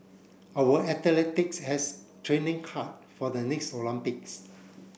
our athletes has training hard for the next Olympics